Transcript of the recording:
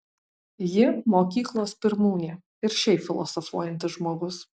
ji mokyklos pirmūnė ir šiaip filosofuojantis žmogus